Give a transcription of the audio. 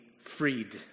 freed